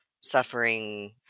suffering